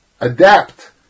adapt